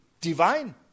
divine